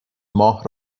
ماه